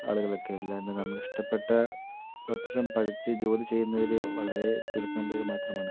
ആളുകളൊക്കെ അല്ലാണ്ട് നമ്മളിഷ്ടപ്പെട്ട പ്രൊഫഷൻ പഠിച്ച് ജോലി ചെയ്യുന്നവർ വളരെ ചുരുക്കം പേർ മാത്രമാണ്